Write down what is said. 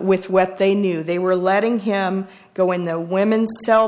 with what they knew they were letting him go in the women's cell